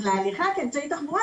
אז להליכה אמצעי תחבורה,